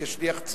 וכשליח ציבור.